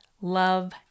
Love